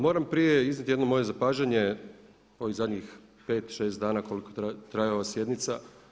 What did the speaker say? Moram prije iznijeti jedno moje zapažanje, ovih zadnjih 5, 6 dana koliko traje ova sjednica.